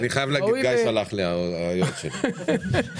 לוועדה גם